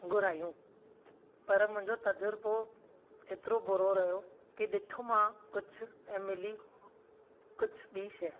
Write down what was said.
घुरायूं पर मुंहिंजो तजुरबो एतिरो बुरो रहियो की ॾिठो मां कुझु ऐं मिली कुझु ॿी शइ